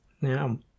Now